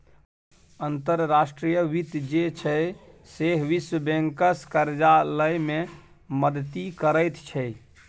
अंतर्राष्ट्रीय वित्त जे छै सैह विश्व बैंकसँ करजा लए मे मदति करैत छै